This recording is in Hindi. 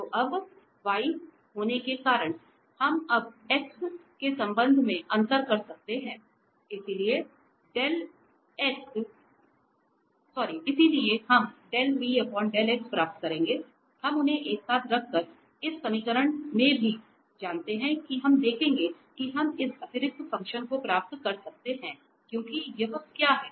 तो अब v होने के कारण हम अब x के संबंध में अंतर कर सकते हैं इसलिए हम प्राप्त करेंगे हम उन्हें एक साथ रखकर इस समीकरण से भी जानते हैं कि हम देखेंगे कि हम इस अतिरिक्त फ़ंक्शन को प्राप्त कर सकते हैं क्योंकि यह क्या है